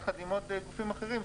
יחד עם עוד גופים אחרים,